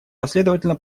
последовательно